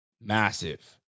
Massive